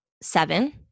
seven